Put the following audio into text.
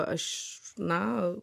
aš na